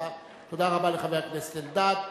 תודה רבה לחבר הכנסת אלדד.